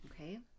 Okay